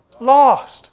lost